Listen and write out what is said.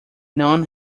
none